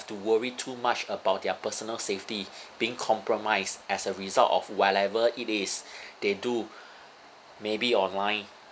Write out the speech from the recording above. to worry too much about their personal safety being compromised as a result of whatever it is they do maybe online